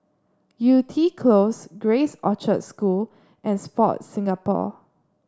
Yew Tee Close Grace Orchard School and Sport Singapore